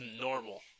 normal